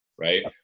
right